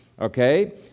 Okay